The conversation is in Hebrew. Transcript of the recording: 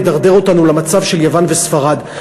ידרדר אותנו למצב של יוון וספרד.